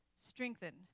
strengthen